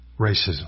racism